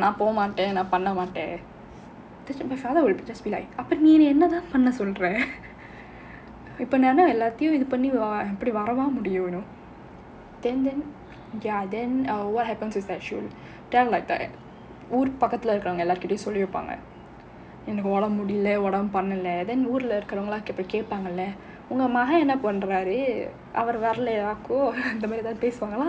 நான் போ மாட்டேன் பண்ண மாட்டேன்:illa naan po maattaen panna maattaen my father was just be like அப்போ நீ என்ன தான் பண்ண சொல்ற இப்போ நான் எல்லாத்தையும் இது பண்ணி வரவா முடியும்:appa nee enna thaan panna solra ippo thaan ellaathaiyum idhu panni varavaa mudiyum then then ya then err what happen is that she will ஊரு பக்கத்துல இருக்குற எல்லாருகிட்டயும் சொல்லி வைப்பாங்க எனக்கு உடம்பு முடில உடம்பு பண்ணல:ooru pakkathula irukkura ellaarukittayum solli vaipaanga enakku udambu mudila udambu pannala then ஊருல இருக்குறவங்கலாம் கேட்ப்பாங்கலா உங்க மகன் என்ன பண்றாரு அவரு வரலயாக்கும்:oorula irukkuravangalaam kedpaanagalaa unga magan enna pandraaru avaru varalayaakkum